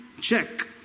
check